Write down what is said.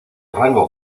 rango